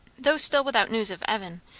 though still without news of evan,